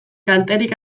kalterik